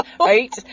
Right